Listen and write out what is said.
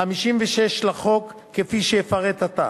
56 לחוק, כפי שאפרט עתה: